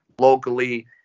locally